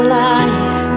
life